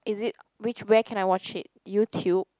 is it which where can I watch it YouTube